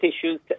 issues